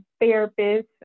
therapist